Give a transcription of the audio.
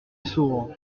sourd